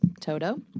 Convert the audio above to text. Toto